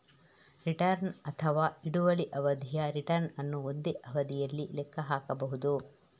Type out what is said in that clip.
return ಅಥವಾ ಹಿಡುವಳಿ ಅವಧಿಯ ರಿಟರ್ನ್ ಅನ್ನು ಒಂದೇ ಅವಧಿಯಲ್ಲಿ ಲೆಕ್ಕ ಹಾಕಬಹುದು